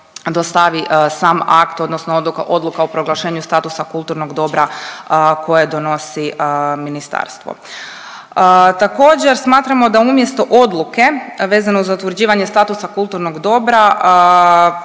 sam akt odnosno odluka o proglašenju statusa kulturnog dobra koje donosi ministarstvo. Također smatramo da umjesto odluke vezano za utvrđivanje statusa kulturnog dobra